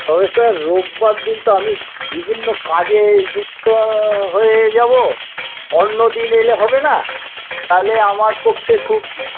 তবে স্যার রোববার দিনটা আমি বিভিন্ন কাজে যুক্ত হয়ে যাব অন্যদিন এলে হবেনা তাহলে আমার পক্ষে খুব